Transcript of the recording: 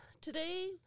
Today